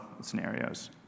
scenarios